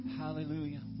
Hallelujah